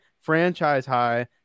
franchise-high